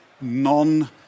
non